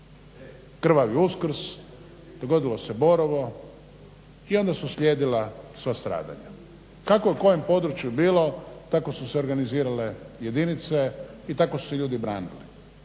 krvavi Uskrs, dogodilo se Borovo i onda su slijedila sva stradanja. Kako je u kojem području bilo tako su se organizirale jedinice i tako su se ljudi branili.